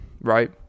Right